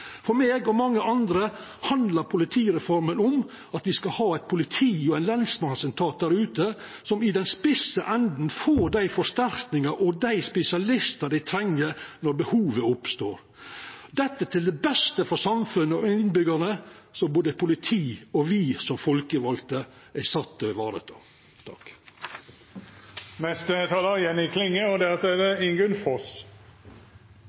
For meg og mange andre handlar politireforma om at me skal ha eit politi og ein lensmannsetat der ute som i den spisse enden får dei forsterkingane og dei spesialistane dei treng når behovet oppstår – dette til beste for samfunnet og innbyggjarane, som både politi og me som folkevalde er sette til å vareta. Eg finn meg faktisk ikkje lenger i at vi i Senterpartiet og